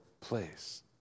place